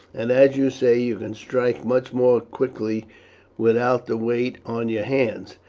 and, as you say, you could strike much more quickly without the weight on your hands,